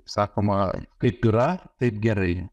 sakoma kaip yra taip gerai